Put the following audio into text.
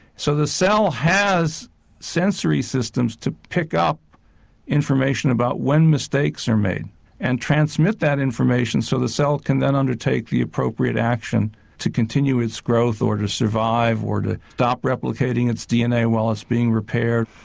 so the cell has sensory systems to pick up information about when mistakes are made and transmit that information so the cell can then undertake the appropriate action to continue its growth or to survive or to stop replicating its dna while it's being repaired.